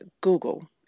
Google